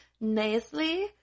nicely